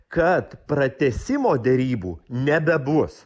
kad pratęsimo derybų nebebus